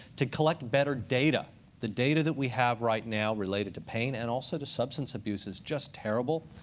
to collect better data the data that we have right now related to pain, and also to substance abuse, is just terrible.